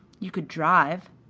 you could drive.